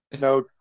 No